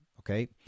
Okay